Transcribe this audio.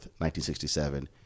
1967